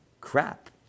crap